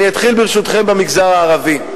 אתחיל, ברשותכם, במגזר הערבי.